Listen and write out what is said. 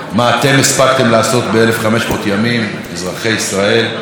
מה אתם הספקתם לעשות ב-1,500 ימים, אזרחי ישראל?